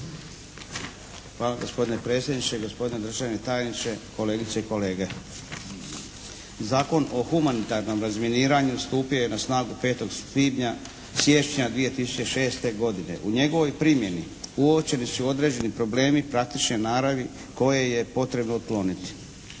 (HDZ)** Gospodine predsjedniče, gospodine državni tajniče, kolegice i kolege. Zakon o humanitarnom razminiranju stupio je na snagu 5. siječnja 2006. godine. U njegovoj primjeni uočeni su određeni problemi praktične naravi koje je potrebno otkloniti.